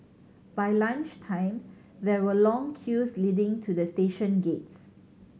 by lunch time there were long queues leading to the station gates